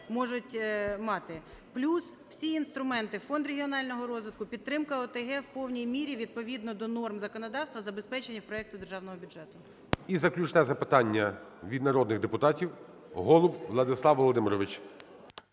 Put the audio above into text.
Плюс всі інструменти: Фонд регіонального розвитку, підтримка ОТГ - у повній мірі відповідно до норм законодавства забезпечення проекту Державного бюджету. ГОЛОВУЮЧИЙ. І заключне запитання від народних депутатів. Голуб Владислав Володимирович.